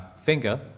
finger